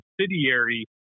subsidiary